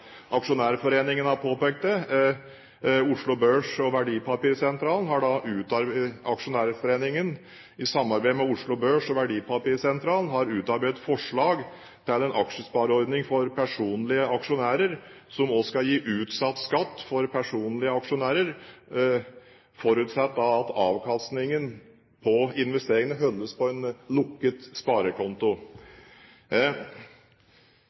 Aksjonærforeningen har i samarbeid med Oslo Børs og Verdipapirsentralen utarbeidet et forslag til en aksjespareordning for personlige aksjonærer, som også skal gi utsatt skatt for personlige aksjonærer, forutsatt at avkastningen på investeringene holdes på en lukket sparekonto.